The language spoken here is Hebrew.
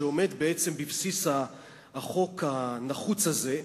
שעומד בבסיס החוק הנחוץ הזה.